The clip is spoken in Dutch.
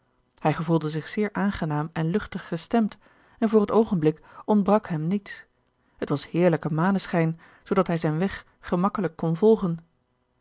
hij gevoelde zich zeer aangenaam en luchtig gestemd en voor het oogenblik ontbrak hem niets het was heerlijke maneschijn zoodat hij zijn weg gemakkelijk kon volgen